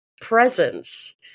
presence